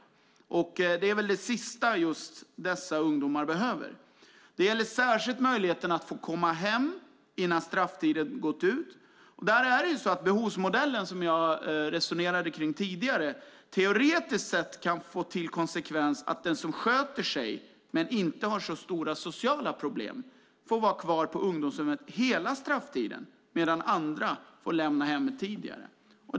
Men det är väl det sista som dessa ungdomar behöver. Det gäller särskilt möjligheten att få komma hem innan strafftiden gått ut. Den behovsmodell som jag resonerade om tidigare kan teoretiskt sett få som konsekvens att den som sköter sig men inte har så stora sociala problem får vara kvar på ungdomshemmet hela strafftiden, medan andra får lämna hemmet tidigare.